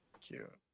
Cute